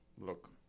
Look